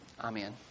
Amen